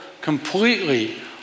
completely